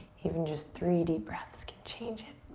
even just three deep breaths can change it,